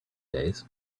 days